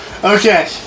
Okay